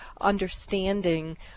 understanding